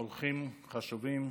אורחים חשובים,